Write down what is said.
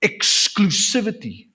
Exclusivity